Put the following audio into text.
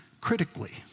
critically